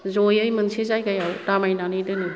जयै मोनसे जायगायाव दामायनानै दोनो